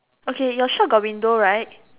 okay your shop got window right